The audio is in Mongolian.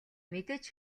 мэдээж